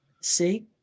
See